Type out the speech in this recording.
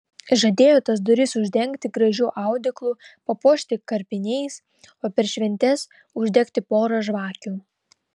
žadėjo tas duris uždengti gražiu audeklu papuošti karpiniais o per šventes uždegti porą žvakių